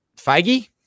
Feige